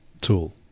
tool